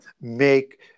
make